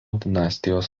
dinastijos